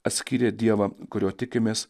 atskyrė dievą kurio tikimės